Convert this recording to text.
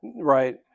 right